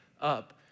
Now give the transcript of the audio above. up